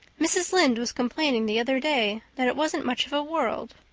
mrs. lynde was complaining the other day that it wasn't much of a world.